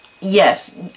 yes